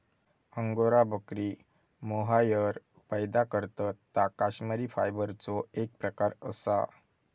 angora बकरी mohair पैदा करतत ता कश्मिरी फायबरचो एक प्रकार असा